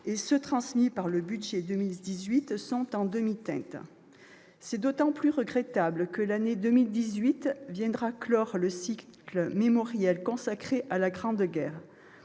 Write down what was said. qui sont transmis par le budget 2018 sont en demi-teinte. C'est d'autant plus regrettable que l'année 2018 viendra clore le cycle mémoriel consacré à la Grande Guerre.